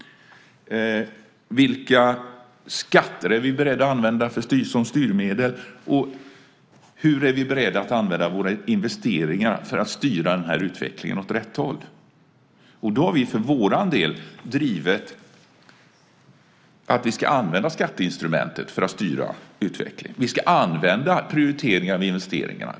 Vilka skatter är vi beredda att använda som styrmedel och hur är vi beredda att använda våra investeringar för att styra den här utvecklingen åt rätt håll? Då har vi för vår del drivit att vi ska använda skatteinstrumentet för att styra utvecklingen. Vi ska använda oss av prioriteringar när det gäller investeringarna.